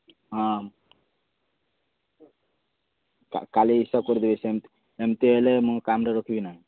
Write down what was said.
ହଁ କା କାଲି ହିସାବ କରିଦେବି ଏମିତି ହେଲେ ମୁଁ କାମରେ ରଖିବି ନାହିଁ